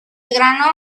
grano